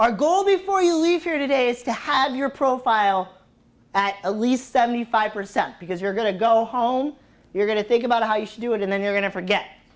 our goal before you leave here today is to have your profile at least seventy five percent because you're going to go home you're going to think about how you should do it and then you're going to forget